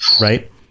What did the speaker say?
Right